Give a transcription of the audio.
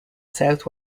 south